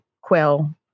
quill